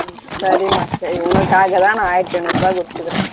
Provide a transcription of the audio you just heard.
ம் சரிம்மா சரி உனக்காக தான் நான் ஆயிரத்தி ஐநூறுபாக்கு ஒத்துக்கிறேன்